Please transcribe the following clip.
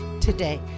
today